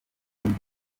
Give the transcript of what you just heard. regis